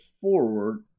forward